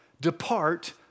depart